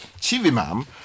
Chivimam